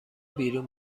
بیرون